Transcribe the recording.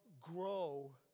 grow